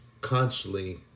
constantly